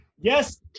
yes